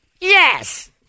Yes